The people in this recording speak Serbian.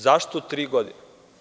Zašto tri godine?